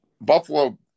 Buffalo